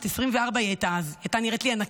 היא הייתה אז בת 24 והייתה נראית לי ענקית.